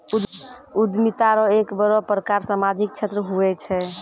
उद्यमिता रो एक बड़ो प्रकार सामाजिक क्षेत्र हुये छै